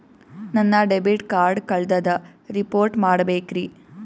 ನನ್ನ debit card ಕಳ್ದದ report ಮಾಡಬೇಕ್ರಿ